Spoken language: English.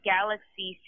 Galaxy